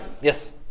Yes